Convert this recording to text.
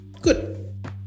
good